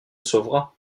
sauvera